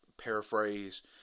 paraphrase